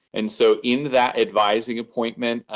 and so in that advising appointment,